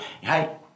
hey